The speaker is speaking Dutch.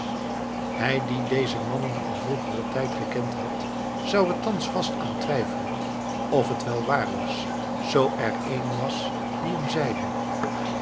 hij die deze mannen in vroegeren tijd gekend had zou er thans vast aan twijfelen of het wel waar was zoo er een was die hem zeide